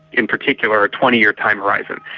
in particular a twenty year time horizon,